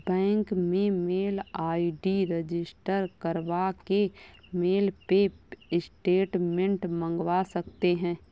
bank में mail ID register करवा के मेल पे स्टेटमेंट मंगवा सकते है